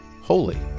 holy